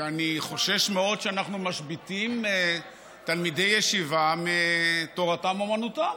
ואני חושש מאוד שאנחנו משביתים תלמידי ישיבה שתורתם אומנותם.